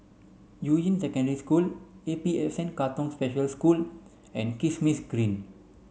Yuying Secondary School A P S N Katong Special School and Kismis Green